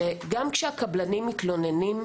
שגם כשהקבלנים מתלוננים,